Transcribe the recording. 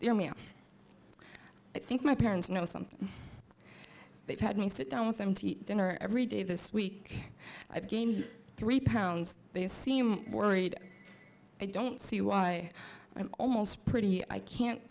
e i think my parents know something they've had me sit down with them to eat dinner every day this week i've gained three pounds they seem worried i don't see why i'm almost pretty i can't